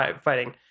fighting